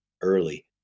early